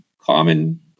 common